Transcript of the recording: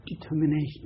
determination